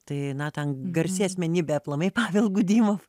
tai na ten garsi asmenybė aplamai pavel gudimov